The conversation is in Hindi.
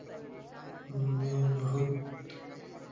में बहुत